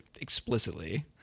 explicitly